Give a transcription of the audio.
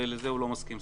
ולזה הוא לא מסכים,